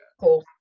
Cool